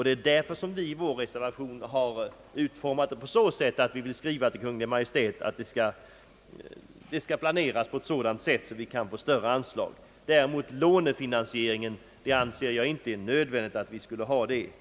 Det är därför som vi i vår reservation sagt att vi vill skriva till Kungl. Maj:t att man skall planera på ett sådant sätt att större anslag kan ges. Däremot anser jag det inte nödvändigt att vi skulle ha lånefinansiering.